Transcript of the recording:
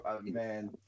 man